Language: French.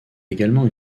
également